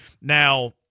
Now